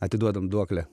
atiduodam duoklę